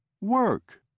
Work